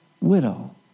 widow